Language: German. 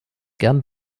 gern